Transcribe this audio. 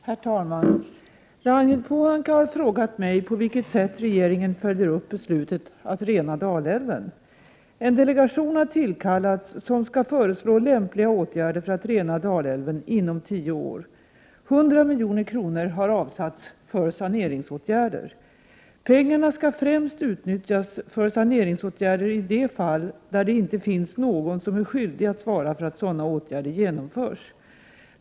Herr talman! Ragnhild Pohanka har frågat mig på vilket sätt regeringen följer upp beslutet om att rena Dalälven. En delegation har tillkallats som skall föreslå lämpliga åtgärder för att rena Dalälven inom tio år. 100 milj.kr. har avsatts för saneringsåtgärder. Pengarna skall främst utnyttjas för saneringsåtgärder i de fall det inte finns någon som är skyldig att svara för att sådana åtgärder genomförs.